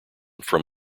from